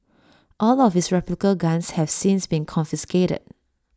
all of his replica guns have since been confiscated